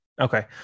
Okay